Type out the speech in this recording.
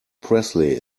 presley